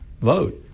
vote